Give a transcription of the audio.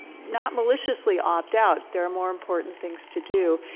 not maliciously opt out, there are more important things to do,